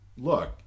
look